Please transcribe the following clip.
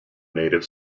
native